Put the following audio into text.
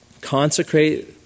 consecrate